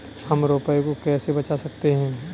हम रुपये को कैसे बचा सकते हैं?